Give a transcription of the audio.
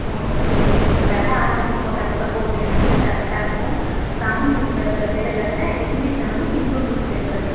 ஓ சரி சரி கரெக்டாக ஆறு மணிக்கு போட்டால் கூட போதும் எனக்கு கரெக்டாக இருக்கும் தமிழ் நியூஸ் பேப்பரில் தினகரன் இங்கிலீஷில் வந்து ஹிண்டு நியூஸ் பேப்பரு